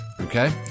Okay